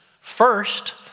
first